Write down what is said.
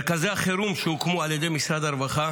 מרכזי החירום שהוקמו על ידי משרד הרווחה